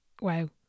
Wow